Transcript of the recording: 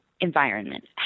environment